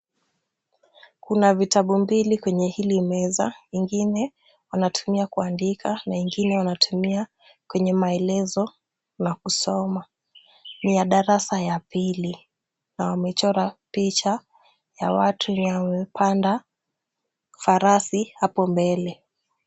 Kuna vitabu mbili kwenye hili meza, ingine wanatumia kuandika na ingine wanatumia kwenye maelezo la kusoma. Ni ya darasa la pili na wamechora picha ya watu waliopanda farasi hapo mbele.